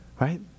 Right